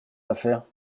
affaires